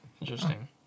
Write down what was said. Interesting